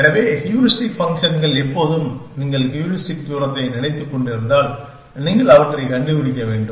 எனவே ஹூரிஸ்டிக் ஃபங்க்ஷன்கள் போது நீங்கள் ஹியூரிஸ்டிக் தூரத்தை நினைத்துக்கொண்டிருந்தால் நீங்கள் அவற்றைக் கண்டுபிடிக்க வேண்டும்